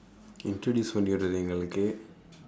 intoduce பண்ணிவிடு எங்களுக்கு:pannividu engkalukku